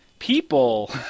People